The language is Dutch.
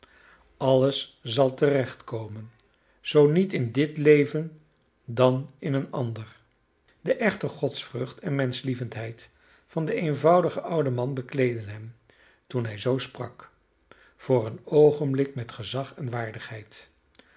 alles zal terechtkomen zoo niet in dit leven dan in een ander de echte godsvrucht en menschlievendheid van den eenvoudigen ouden man bekleedden hem toen hij zoo sprak voor een oogenblik met